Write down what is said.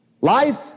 Life